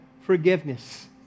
forgiveness